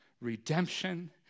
redemption